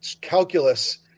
calculus